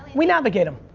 we navigate em.